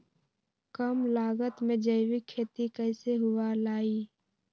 कम लागत में जैविक खेती कैसे हुआ लाई?